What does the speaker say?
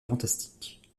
fantastique